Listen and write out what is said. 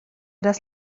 das